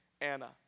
Anna